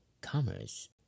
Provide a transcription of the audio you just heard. commerce